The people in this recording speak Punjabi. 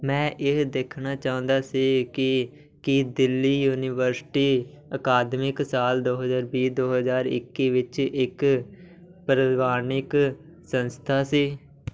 ਮੈਂ ਇਹ ਦੇਖਣਾ ਚਾਹੁੰਦਾ ਸੀ ਕੀ ਕੀ ਦਿੱਲੀ ਯੂਨੀਵਰਸਿਟੀ ਅਕਾਦਮਿਕ ਸਾਲ ਦੋ ਹਜ਼ਾਰ ਵੀਹ ਦੋ ਹਜ਼ਾਰ ਇੱਕੀ ਵਿੱਚ ਇੱਕ ਪ੍ਰਵਾਨਿਕ ਸੰਸਥਾ ਸੀ